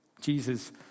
Jesus